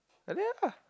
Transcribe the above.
like that lah